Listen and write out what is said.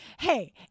Hey